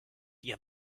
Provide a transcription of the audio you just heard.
ihr